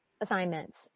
assignments